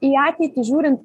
į ateitį žiūrint